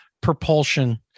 propulsion